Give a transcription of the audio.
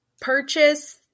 purchase